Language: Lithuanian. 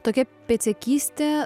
tokia pėdsekystė